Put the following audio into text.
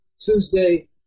Tuesday